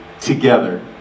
together